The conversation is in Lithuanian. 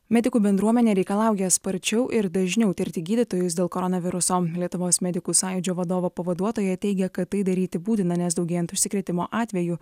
medikų bendruomenė reikalauja sparčiau ir dažniau tirti gydytojus dėl koronaviruso lietuvos medikų sąjūdžio vadovo pavaduotoja teigia kad tai daryti būtina nes daugėjant užsikrėtimo atvejų